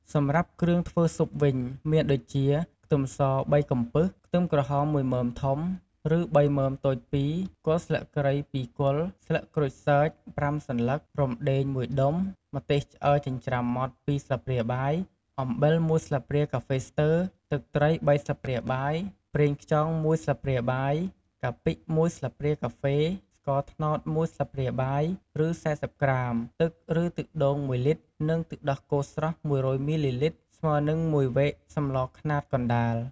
សម្រាប់គ្រឿងធ្វើស៊ុបវិញ មានដូចជា ខ្ទឹមស ៣ កំពឹស ខ្ទឹមក្រហម១មើមធំ ឬ ៣មើមតូច២ គល់ស្លឹកគ្រៃ ២ គល់ ស្លឹកក្រូចសើច ៥សន្លឹក រំដឹង ១ដុំ ម្ទេសឆ្អើរចិញ្ច្រាំម៉ដ្ឋ ២ស្លាបព្រាបាយ អំបិល ១ស្លាបព្រាកាហ្វេស្ទើរ ទឹកត្រី ៣ស្លាបព្រាបាយ ប្រេងខ្យង ១ស្លាបព្រាបាយ កាពិ ១ស្លាបព្រាកាហ្វេ ស្ករត្នោត ១ស្លាបព្រាបាយ ឬ ៤០ក្រាម ទឹក ឬ ទឹកដូង ១លីត្រ និង ទឹកដោះគោស្រស់ ១០០ មីលីលីត្រ ស្មើនឹង ១វែកសម្លខ្នាតកណ្ដាល។